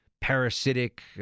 parasitic